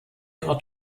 ihrer